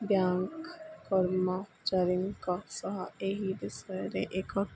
bank କର୍ମଚାରୀଙ୍କ ସହ ଏହି ବିଷୟରେ ଏକ